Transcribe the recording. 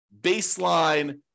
baseline